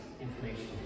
information